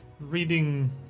reading